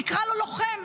נקרא לו "לוחם".